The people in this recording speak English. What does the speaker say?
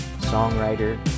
songwriter